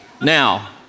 Now